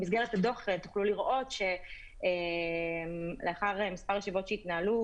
במסגרת הדוח תוכלו לראות שלאחר מספר ישיבות שהתנהלו